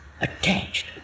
attached